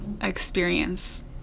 experience